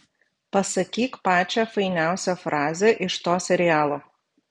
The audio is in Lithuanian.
pasakyk pačią fainiausią frazę iš to serialo